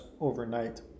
overnight